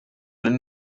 lin